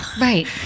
Right